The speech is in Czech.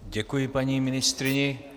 Děkuji paní ministryni.